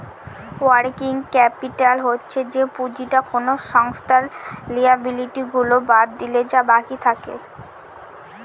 working capital হচ্ছে যে পুঁজিটা কোনো সংস্থার লিয়াবিলিটি গুলা বাদ দিলে যা বাকি থাকে